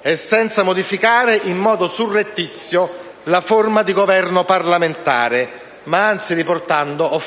e senza modificare in modo surrettizio la forma di Governo parlamentare, ma anzi riportando